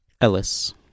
Ellis